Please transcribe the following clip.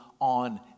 on